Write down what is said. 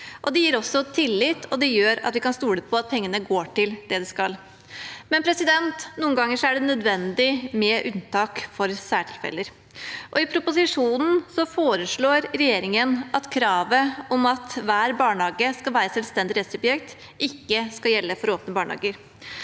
Det gir også tillit, og det gjør at vi kan stole på at pengene går til det de skal. Noen ganger er det imidlertid nødvendig med unntak for særtilfeller. I proposisjonen foreslår regjeringen at kravet om at hver barnehage skal være et selvstendig rettssubjekt, ikke skal gjelde for åpne barnehager.